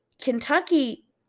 Kentucky